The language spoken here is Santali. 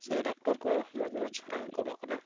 ᱥᱮ ᱰᱚᱠᱴᱚᱨ ᱠᱚ ᱢᱚᱡᱽ ᱢᱚᱡᱽ ᱨᱟᱱ ᱠᱚ ᱮᱢᱚᱜ ᱠᱟᱱᱟ